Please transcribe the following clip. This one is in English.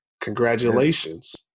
Congratulations